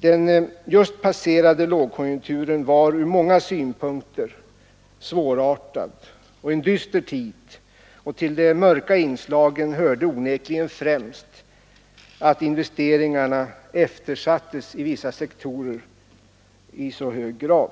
Den just passerade lågkonjunkturen var ur många synpunkter svårartad och dyster, och till de mörka inslagen hörde onekligen främst att investeringarna eftersattes i vissa sektorer i så hög grad.